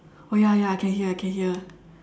oh ya ya I can hear I can hear